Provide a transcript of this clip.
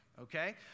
okay